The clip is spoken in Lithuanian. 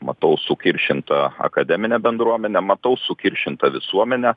matau sukiršintą akademinę bendruomenę matau sukiršintą visuomenę